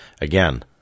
Again